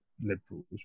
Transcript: Liberals